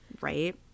right